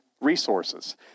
resources